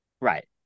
Right